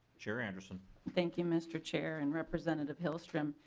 chair anderson thank you mr. chair and representative hilstrom.